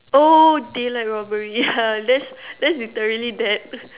oh daylight robbery that's that's literally that